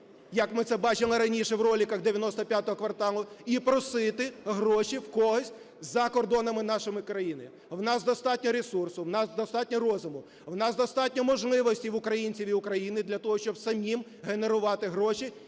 як ми це бачили раніше в роликах "95 кварталу", і просити гроші в когось за кордонами нашої країни. У нас достатньо ресурсу, у нас достатньо розуму, у нас достатньо можливостей в українців і України для того, щоб самим генерувати гроші